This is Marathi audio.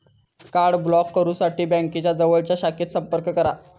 कार्ड ब्लॉक करुसाठी बँकेच्या जवळच्या शाखेत संपर्क करा